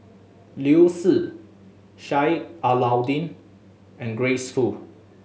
Liu Si Sheik Alau'ddin and Grace Fu